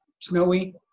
snowy